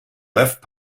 left